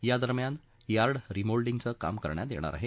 यादरम्यान यार्ड रिमोल्डिंगच काम करण्यात येणार आहे